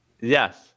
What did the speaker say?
Yes